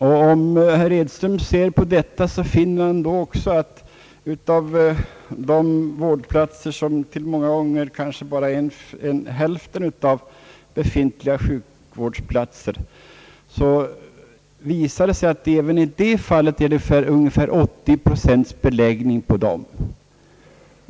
Om herr Edström ser på detta, finner han att av de under sommaren tillgängliga vårdplatserna — som kanske många gånger är bara hälften av de befintliga sjukvårdsplatserna — är ungefär 80 procent belagda.